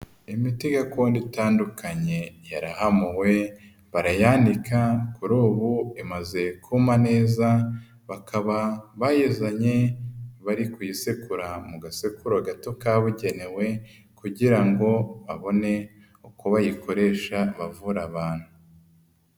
Imiti gakondo itandukanye yarahamuwe barayanika, kuri ubu imaze kuma neza, bakaba bayizanye bari kuyisekura mu gasekuru gato kabugenewe kugira ngo babone uko bayikoresha bavura abantu.